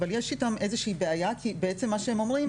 אבל יש איתם איזושהי בעיה כי בעצם מה שהם אומרים,